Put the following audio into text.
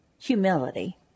humility